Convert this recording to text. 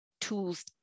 tools